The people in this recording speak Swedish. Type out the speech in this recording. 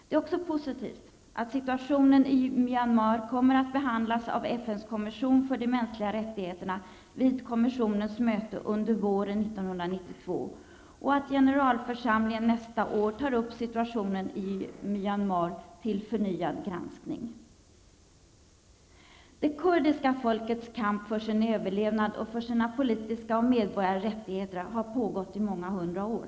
Det är också positivt att situationen i Myanmar kommer att behandlas av FNs kommission för de mänskliga rättigheterna vid kommisionens möte under våren 1992 och att generalförsamlingen nästa år tar upp situationen i Myanmar till förnyad granskning. Det kurdiska folkets kamp för sin överlevnad och för sina politiska och medborgerliga rättigheter har pågått i många hundra år.